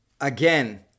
Again